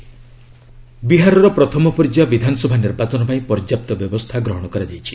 Bihar election ବିହାରର ପ୍ରଥମ ପର୍ଯ୍ୟାୟ ବିଧାନସଭା ନିର୍ବାଚନ ପାଇଁ ପର୍ଯ୍ୟାପ୍ତ ବ୍ୟବସ୍ଥା ଗ୍ରହଣ କରାଯାଇଛି